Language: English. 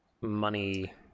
money